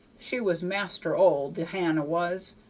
she was master old, the hannah was,